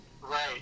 Right